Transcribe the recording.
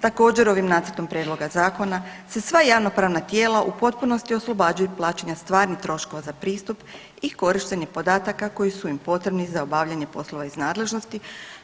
Također ovim nacrtom prijedloga zakona se sva javnopravna tijela u potpunosti oslobađaju plaćanja stvarnih troškova za pristup i korištenje podataka koji su im potrebni za obavljanje podataka iz nadležnosti